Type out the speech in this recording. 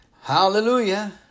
Hallelujah